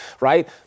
right